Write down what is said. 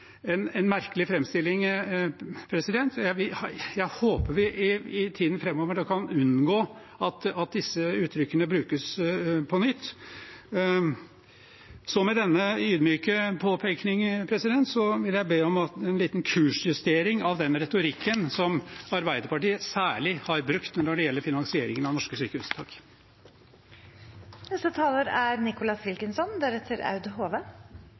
en merkelig framstilling. Jeg håper vi i tiden framover kan unngå at disse uttrykkene brukes på nytt. Så med denne ydmyke påpekning vil jeg be om en liten kursjustering av den retorikken som særlig Arbeiderpartiet har brukt når det gjelder finansieringen av norske